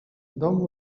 domu